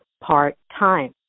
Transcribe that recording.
part-time